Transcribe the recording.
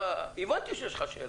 הבנתי שיש לך שאלה.